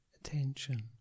attention